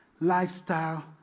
lifestyle